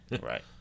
Right